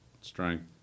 strength